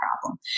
problem